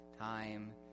time